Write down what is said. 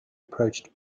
approached